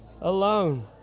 alone